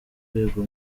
rwego